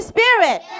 Spirit